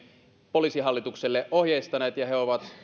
poliisihallitukselle ohjeistaneet ja minkä mukaan he ovat